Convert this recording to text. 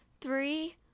three